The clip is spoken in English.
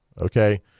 okay